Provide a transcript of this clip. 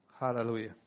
Hallelujah